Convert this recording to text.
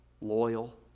loyal